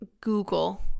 google